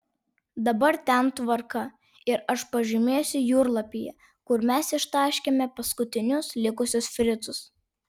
dabar ten tvarka ir aš pažymėsiu jūrlapyje kur mes ištaškėme paskutinius likusius fricus